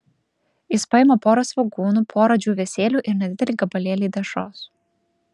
jis paima porą svogūnų porą džiūvėsėlių ir nedidelį gabalėlį dešros